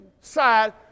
side